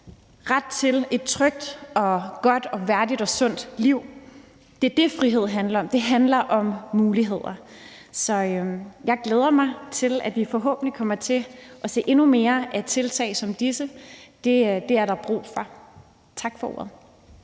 ret til et trygt og godt og værdigt og sundt liv. Det er det, frihed handler om, altså om muligheder. Så jeg glæder mig til, at vi forhåbentlig kommer til at se endnu flere tiltag som disse. Det er der brug for. Tak for ordet.